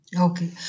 Okay